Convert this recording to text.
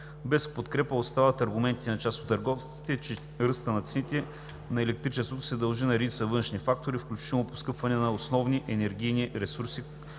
Без подкрепа остават аргументите на част от търговците, че ръстът на цените на електричеството се дължи на редица външни фактори, включително поскъпване на основни енергийни ресурси,